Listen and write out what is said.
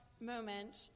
moment